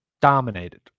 dominated